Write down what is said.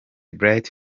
bright